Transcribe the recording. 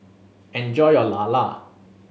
enjoy your lala